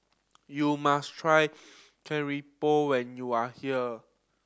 you must try keropok when you are here